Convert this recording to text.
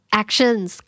actions